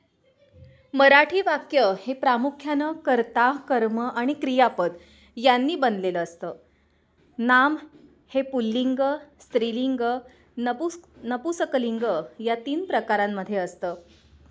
मराठी वाक्य हे प्रामुख्यानं कर्ता कर्म आणि क्रियापद यांनी बनलेलं असतं नाम हे पुल्लिंग स्त्रीलिंग नपुस नपुसकलिंग या तीन प्रकारांमध्ये असतं